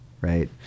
right